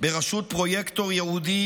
בראשות פרויקטור ייעודי,